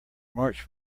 march